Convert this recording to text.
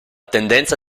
tendenza